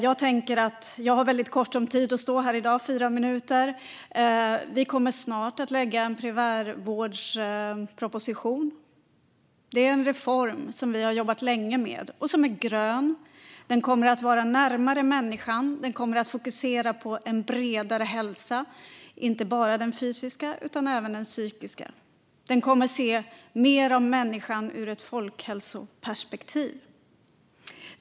Jag har kort talartid, bara fyra minuter, men jag kan säga att vi snart kommer att lägga fram en primärvårdsproposition. Det är en reform som vi har jobbat länge med och som är grön. Den kommer att vara närmare människan och fokusera på en bredare hälsa - inte bara den fysiska utan även den psykiska. Den kommer att se mer av människan ur ett folkhälsoperspektiv.